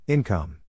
Income